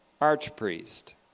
archpriest